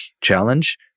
challenge